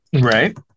right